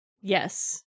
Yes